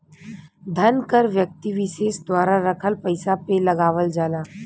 धन कर व्यक्ति विसेस द्वारा रखल पइसा पे लगावल जाला